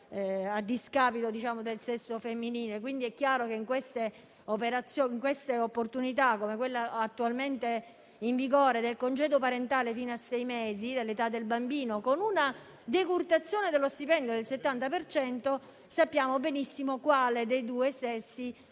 a discapito del sesso femminile. Quindi, è chiaro, a fronte delle opportunità, quale quella attualmente in vigore, del congedo parentale fino a sei mesi dell'età del bambino con una decurtazione dello stipendio del 70 per cento, quale dei due sessi